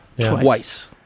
Twice